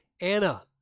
Anna